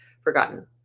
forgotten